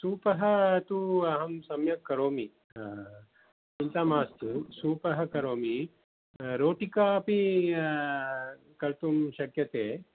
सूपं तु अहं सम्यक् करोमि चिन्ता मास्तु सूपं करोमि रोटिका अपि कर्तुं शक्यते